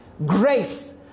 grace